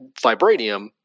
vibranium